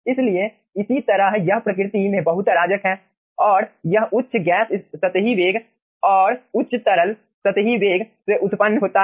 इसलिए इसी तरह यह प्रकृति में बहुत अराजक है और यह उच्च गैस सतही वेग और उच्च तरल सतही वेग से उत्पन्न होता है